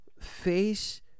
face